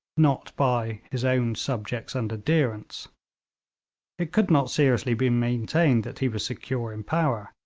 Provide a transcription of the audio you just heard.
not by his own subjects and adherents it could not seriously be maintained that he was secure in power,